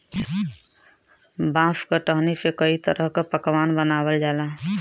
बांस क टहनी से कई तरह क पकवान बनावल जाला